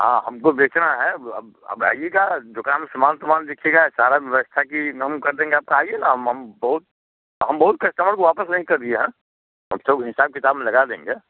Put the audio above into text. हाँ हमको बेचना है अब आईएगा दुकान में समान तुमान दिखेगा सारा व्यवस्था की भी हम कर देंगे आपका आईए ना हम हम बहुत हम बहुत कस्टमर को वापस नहीं करिए हैं हिसाब किताब में लगा देंगे